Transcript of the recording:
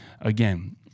again